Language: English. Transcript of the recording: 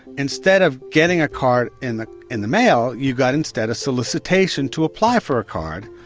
instead of getting a card in the and the mail, you got instead a solicitation to apply for a card,